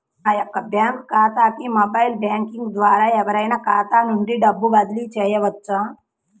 నా యొక్క బ్యాంక్ ఖాతాకి మొబైల్ బ్యాంకింగ్ ద్వారా ఎవరైనా ఖాతా నుండి డబ్బు బదిలీ చేయవచ్చా?